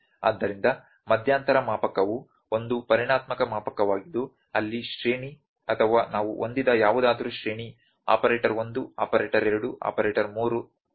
ಆದ್ದರಿಂದ ಮಧ್ಯಂತರ ಮಾಪಕವು ಒಂದು ಪರಿಮಾಣಾತ್ಮಕ ಮಾಪಕವಾಗಿದ್ದು ಅಲ್ಲಿ ಶ್ರೇಣಿ ಅಥವಾ ನಾವು ಹೊಂದಿದ್ದ ಯಾವುದಾದರೂ ಶ್ರೇಣಿ ಆಪರೇಟರ್ 1 ಆಪರೇಟರ್ 2 ಆಪರೇಟರ್ 3 ಸರಿ